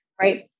right